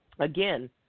Again